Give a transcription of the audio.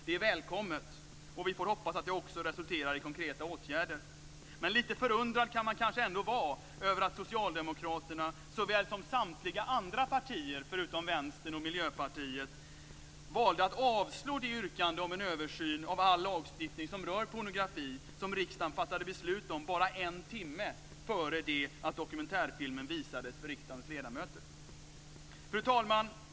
Det är välkommet, och vi får hoppas att det också resulterar i konkreta åtgärder. Men lite förundrad kan man kanske ändå vara över att Socialdemokraterna såväl som samtliga andra partier, utom Vänstern och Miljöpartiet, valde att avslå det yrkande om översyn av all lagstiftning som rör pornografi som riksdagen fattade beslut om bara en timme före det att dokumentärfilmen visades för riksdagens ledamöter. Fru talman!